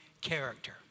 character